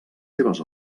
seves